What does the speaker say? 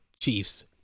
Chiefs